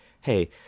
hey